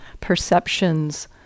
perceptions